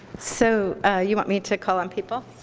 so you want me to call on people?